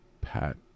Pat